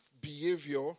behavior